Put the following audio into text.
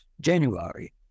January